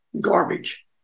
garbage